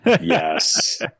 Yes